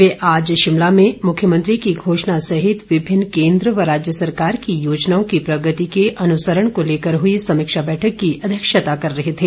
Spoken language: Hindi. वे आज शिमला में मुख्यमंत्री की घोषणा सहित विभिन्न केंद्र व राज्य सराकर की योजनाओं की प्रगति के अनुसंरण को लेकर हुई समीक्षा बैठक की अध्यक्षता कर रहे थे